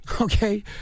okay